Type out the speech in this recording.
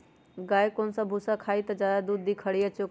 गाय कौन सा भूसा खाई त ज्यादा दूध दी खरी या चोकर?